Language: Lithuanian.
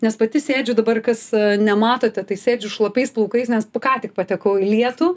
nes pati sėdžiu dabar kas nematote tai sėdžiu šlapiais plaukais nes p ką tik patekau į lietų